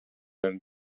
own